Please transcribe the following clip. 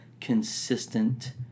consistent